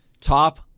Top